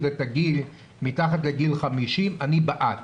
את הגיל אל מתחת לגיל 50. אני בעד.